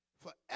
forever